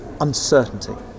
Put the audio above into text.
uncertainty